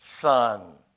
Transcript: son